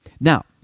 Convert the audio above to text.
now